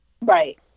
Right